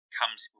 comes